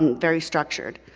very structured.